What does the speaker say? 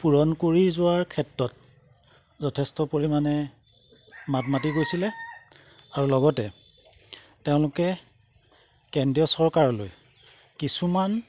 পূৰণ কৰি যোৱাৰ ক্ষেত্ৰত যথেষ্ট পৰিমাণে মাত মাতি গৈছিলে আৰু লগতে তেওঁলোকে কেন্দ্ৰীয় চৰকাৰলৈ কিছুমান